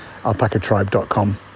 alpacatribe.com